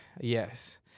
yes